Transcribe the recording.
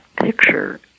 picture